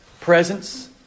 presence